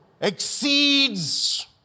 exceeds